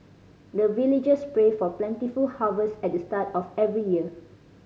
the villagers pray for plentiful harvest at the start of every year